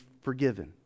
forgiven